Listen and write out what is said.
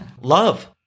Love